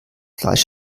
fleisch